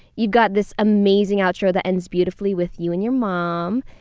you've got this amazing outro that ends beautifully with you and your mom.